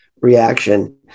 reaction